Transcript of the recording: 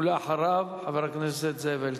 ואחריו, חבר הכנסת זאב אלקין.